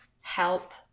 help